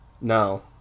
No